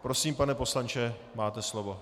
Prosím, pane poslanče, máte slovo.